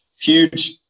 huge